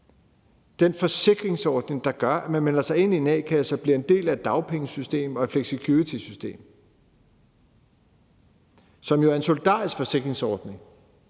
den forsikringsordning, der gør, at man melder sig ind i en a-kasse og bliver en del af et dagpengesystem og et flexicuritysystem. Det er jo en solidarisk forsikringsordning,